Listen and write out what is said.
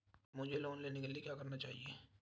मुझे लोन लेने के लिए क्या चाहिए?